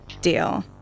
deal